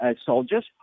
soldiers